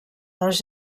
dels